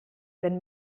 wenn